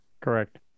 Correct